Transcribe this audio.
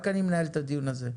רק אני מנהל את הדיון הזה.